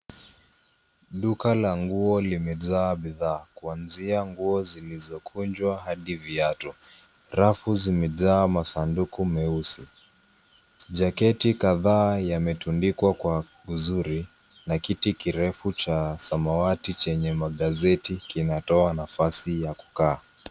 Duka la nguo limejaa bidhaa kuanzia nguo zilizokunjwa hadi viatu, rafu zimejaa masanduku meusi. Jaketi kadhaa yametundikwa kwa uzuri, na kiti kirefu cha samawati chenye magazeti kinatoa nafasi ya kukaa.